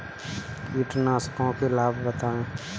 कीटनाशकों के लाभ बताएँ?